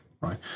right